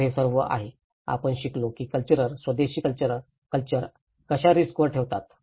तर हे सर्व आहे आपण शिकलो की कल्चर स्वदेशी कल्चर कशा रिस्क वर ठेवतात